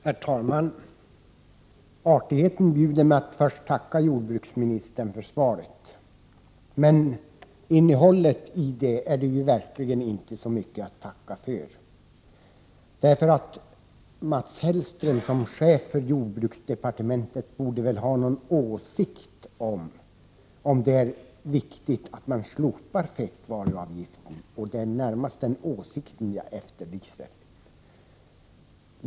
Herr talman! Artigheten bjuder mig att först tacka jordbruksministern för svaret, men dess innehåll är verkligen inte så mycket att tacka för. Mats Hellström borde väl som chef för jordbruksdepartementet ha någon åsikt om huruvida det är viktigt att fettvaruavgiften slopas, och det är närmast den åsikten som jag efterlyser.